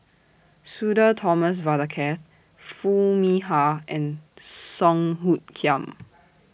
Sudhir Thomas Vadaketh Foo Mee Har and Song Hoot Kiam